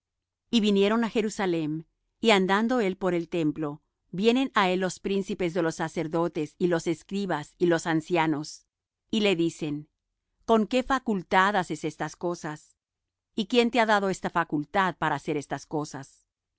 y volvieron á jerusalem y andando él por el templo vienen á él los príncipes de los sacerdotes y los escribas y los ancianos y le dicen con qué facultad haces estas cosas y quién te ha dado esta facultad para hacer estas cosas